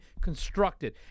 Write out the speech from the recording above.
constructed